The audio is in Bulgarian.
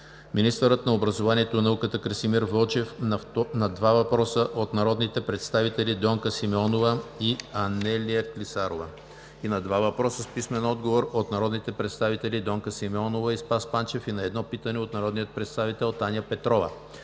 министърът на образованието и науката Красимир Вълчев – на два въпроса от народните представители Донка Симеонова; и Анелия Клисарова; и на два въпроса с писмен отговор от народните представители Донка Симеонова; и Спас Панчев; и на едно питане от народния представител Таня Петрова;